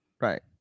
right